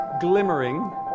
glimmering